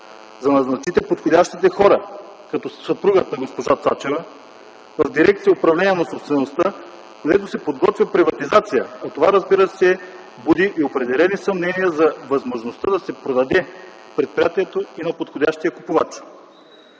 да назначите подходящите хора, като съпругът на госпожа Цачева, в Дирекция „Управление на собствеността”, където се подготвя приватизация, а това, разбира се, буди и определени съмнения за възможността да се продаде предприятието и на подходящия купувач.